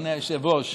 אדוני היושב-ראש.